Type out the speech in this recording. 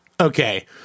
Okay